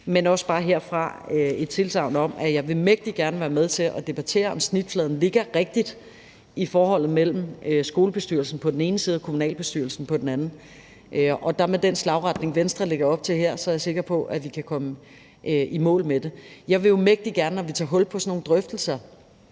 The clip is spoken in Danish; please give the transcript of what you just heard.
er også bare herfra et tilsagn om, at jeg mægtig gerne vil være med til at debattere, om snitfladen ligger rigtigt i forholdet mellem skolebestyrelsen på den ene side og kommunalbestyrelsen på den anden. Og med den retning, Venstre lægger op til her, er jeg sikker på, at vi kan komme i mål med det. Jeg vil jo mægtig gerne, når vi tager hul på sådan nogle drøftelser,